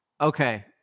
Okay